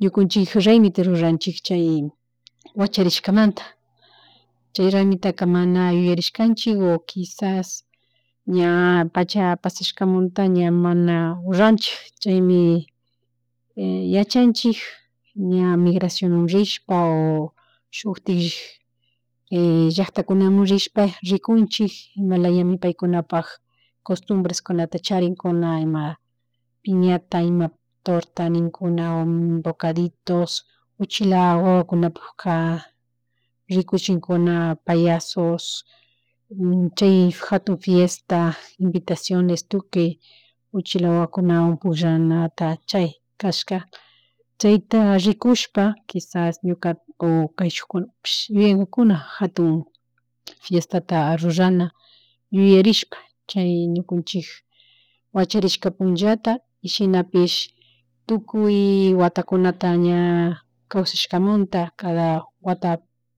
ñukanchik raymita ruranchik chay wacharishmanta chay raymita mana yuyarishkanchik o kishas ña pachapashaskamunta ña mana ruranchik chaymi yachanchik ña migracionman rishpa o shutik llacktakunamun rishpa rikunchik imalami paykunapak costumbreskunata charinkuna ima piñata o ima torta ninkuna o bocaditos uchila wawakunapaka rikuchinkuna payasos, chay jatun fiesta invitaciones, tukuy uchila wawakunawan pukllanata chay kashka, chayta richushpa kishas ñuka o kayshukunapis yuyanmunkunajatun fiestata rurana, yuyarishpa chay ñukunchik wacharishka punllata y shinapish tukuy watakunata ña kawsashkamanta cada wata